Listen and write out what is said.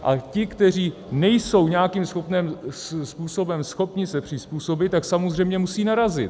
A ti, kteří nejsou nějakým způsobem schopni se přizpůsobit, tak samozřejmě musí narazit.